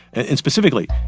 and and specifically,